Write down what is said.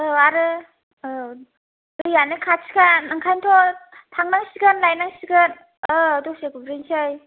औ आरो औ दैआनो खाथिखा ओंखायनोथ' थांनांसिगोन लायनांसिगोन औ दसे गुरहैसै